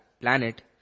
planet